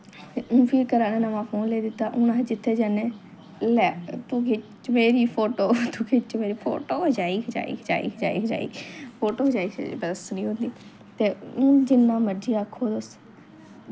ते हून फ्ही घर आह्लें नमां फोन लेई दित्ता हून अस जित्थें जन्ने एह् लै तूं खिच्च मेरी फोटो तूं खिच्च मेरी फोटो खचाई खचाई खचाई खचाई खचाई फोटो खचाई खचाई बस नी होंदी ते हून जिन्ना मर्जी आक्खो तुस